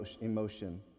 emotion